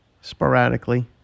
sporadically